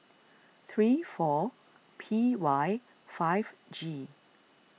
three four P Y five G